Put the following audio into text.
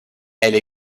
elle